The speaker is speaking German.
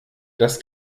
das